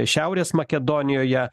šiaurės makedonijoje